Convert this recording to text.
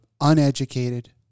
uneducated